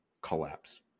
collapse